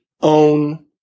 own